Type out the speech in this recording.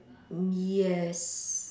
yes